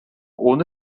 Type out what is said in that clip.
ohne